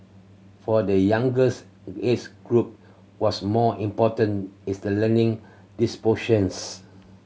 for the youngers age group what's more important is the learning dispositions